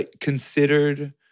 considered